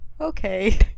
okay